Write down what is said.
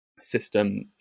system